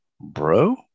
bro